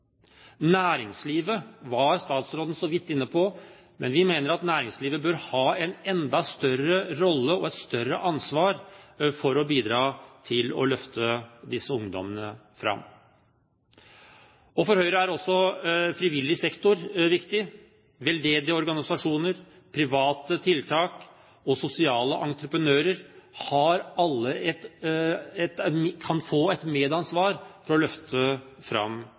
var så vidt inne på næringslivet, men vi mener at næringslivet bør ha en enda større rolle og et større ansvar for å bidra til å løfte fram disse ungdommene. For Høyre er også frivillig sektor viktig. Veldedige organisasjoner, private tiltak og sosiale entreprenører kan alle få et medansvar for å løfte fram